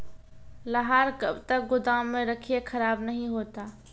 लहार कब तक गुदाम मे रखिए खराब नहीं होता?